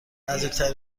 نزدیکترین